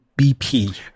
BP